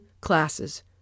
classes